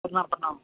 प्रणाम प्रणाम